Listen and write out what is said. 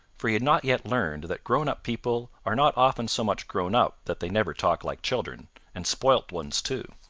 for he had not yet learned that grown-up people are not often so much grown up that they never talk like children and spoilt ones too.